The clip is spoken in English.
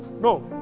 No